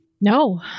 No